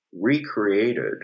recreated